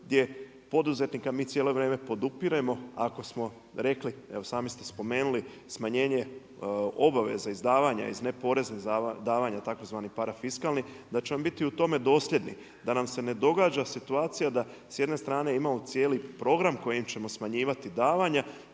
gdje poduzetnika mi cijelo vrijeme podupiremo. Ako smo rekli, evo sami ste spomenuli, smanjenje obaveze izdavanja iz ne poreznih davanja tzv. parafiskalni da ćemo biti u tome dosljedni. Da nam se ne događa situacija da s jedne strane imamo cijeli program kojim ćemo smanjivati davanja